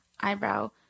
Eyebrow